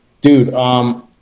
dude